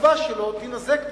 הקצבה שלו תינזק מכך.